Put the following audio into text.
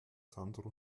sandro